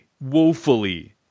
woefully